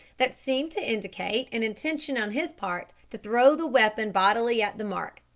that seemed to indicate an intention on his part to throw the weapon bodily at the mark.